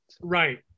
Right